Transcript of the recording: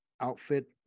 outfit